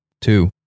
Two